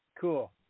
Cool